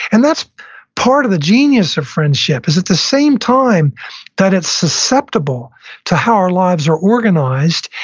and that's part of the genius of friendship is at the same time that it's susceptible to how our lives are organized,